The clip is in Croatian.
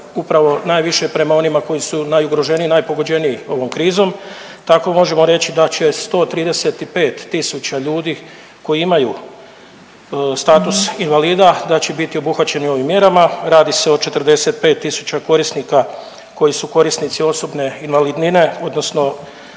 upravo najviše prema onima koji su najugroženiji i najpogođeniji ovom krizom. Tako možemo reći da će 135 tisuća ljudi koji imaju status invalida da će biti obuhvaćeni ovim mjerama. Radi se o 45 tisuća korisnika koji su korisnici osobne invalidnine odnosno